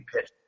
pitch